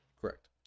Correct